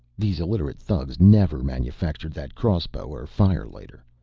these illiterate thugs never manufactured that crossbow or firelighter.